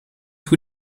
hoe